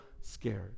scared